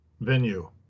venue